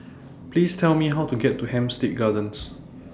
Please Tell Me How to get to Hampstead Gardens